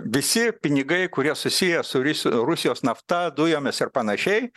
visi pinigai kurie susiję su rusijos nafta dujomis ir panašiai